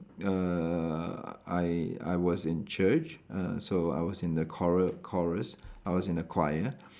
err I I was in church uh so I was in the choru~ chorus I was in the choir